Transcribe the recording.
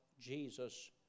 Jesus